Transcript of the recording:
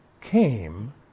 came